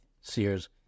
Sears